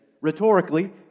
rhetorically